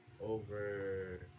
over